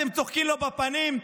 אתם צוחקים לו בפנים,